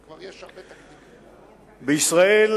בישראל,